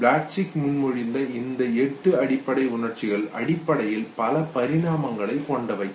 Plutchik முன்மொழிந்த இந்த எட்டு அடிப்படை உணர்ச்சிகள் அடிப்படையில் பல பரிணாமங்களை கொண்டவை